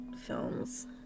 films